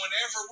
whenever